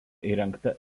įrengta